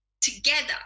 together